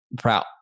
proud